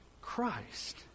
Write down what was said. Christ